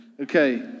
Okay